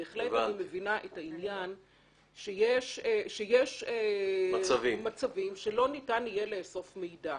בהחלט אני מבינה שיש מצבים שלא ניתן יהיה לאסוף מידע.